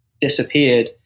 disappeared